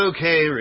Okay